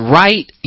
right